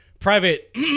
Private